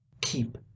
Keep